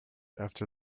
after